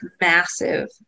massive